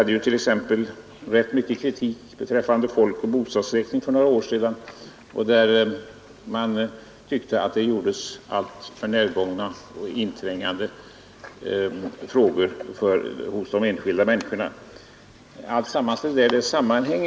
Det förekom rätt mycket kritik beträffande folkoch bostadsräkningen för några år sedan; det ansågs att man ställde alltför närgångna och inträngande frågor till de enskilda människorna. Allt detta hänger samman.